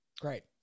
great